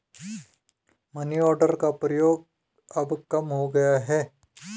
money order का प्रयोग अब कम हो गया है